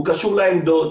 הוא קשור לעמדות,